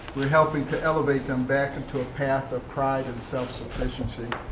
we're helping to elevate them back into a path of pride and self-sufficiency.